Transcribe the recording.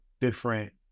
different